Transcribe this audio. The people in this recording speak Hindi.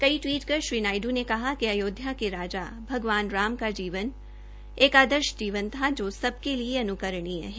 कई टवीट कर श्री नायदू ने कहा कि अयोध्या के राज भगवान राम का जीवन का एक आदर्श जीवनन था जो सबके लिए अनुकरणीय था